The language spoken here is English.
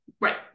right